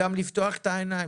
יש לפתוח את העיניים,